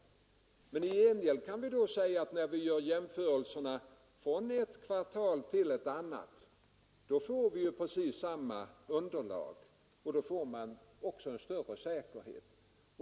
I gengäld kan vi säga att när vi gör jämförelserna från ett kvartal till ett annat får vi precis samma underlag och därmed en större säkerhet.